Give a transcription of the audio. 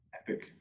Epic